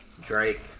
Drake